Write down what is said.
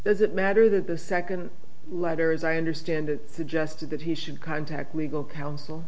does it matter that the second letter as i understand it suggested that he should contact legal counsel